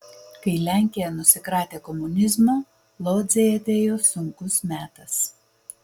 kai lenkija nusikratė komunizmo lodzei atėjo sunkus metas